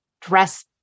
dress